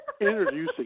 introducing